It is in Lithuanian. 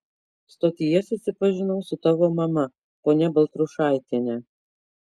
stotyje susipažinau su tavo mama ponia baltrušaitiene